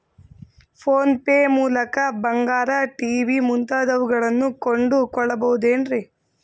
Phone pay ಮೂಲಕ ಬಂಗಾರ, TV ಮುಂತಾದವುಗಳನ್ನ ಕೊಂಡು ಕೊಳ್ಳಬಹುದೇನ್ರಿ?